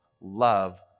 love